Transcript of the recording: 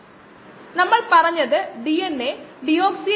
രണ്ട് തരത്തിലുള്ള രീതികളുണ്ട് ഒന്ന് ഓൺലൈനും മറ്റൊന്ന് ഓഫ്ലൈനും